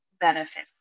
benefit